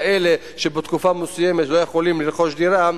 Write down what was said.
כאלה שבתקופה מסוימת לא יכולים לרכוש דירה,